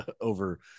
over